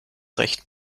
recht